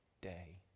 day